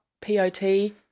P-O-T